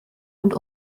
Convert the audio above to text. und